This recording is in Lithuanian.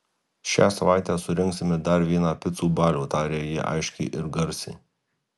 šią savaitę surengsime dar vieną picų balių tarė ji aiškiai ir garsiai